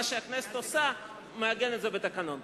מה שהכנסת עושה, לעגן את זה בתקנון.